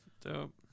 Dope